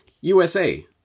USA